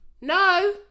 no